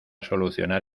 solucionar